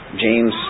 James